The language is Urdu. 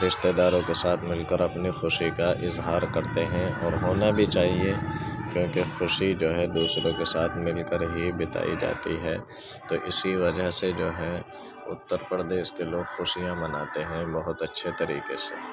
رشتہ داروں کے ساتھ مل کر اپنی خوشی کا اظہار کرتے ہیں اور ہونا بھی چاہیے کیونکہ خوشی جو ہے دوسروں کے ساتھ مل کر ہی بتائی جاتی ہے تو اِسی وجہ سے جو ہے اتر پردیش کے لوگ خوشیاں مناتے ہیں بہت اچھے طریقے سے